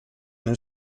nel